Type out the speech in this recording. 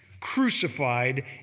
Crucified